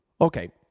Okay